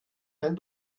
kein